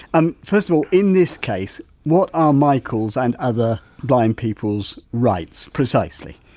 um first of all, in this case what are michael's and other blind people's rights precisely?